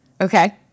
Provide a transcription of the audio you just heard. Okay